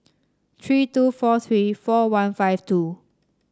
three two four three four one five two